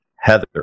Heather